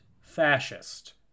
fascist